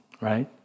right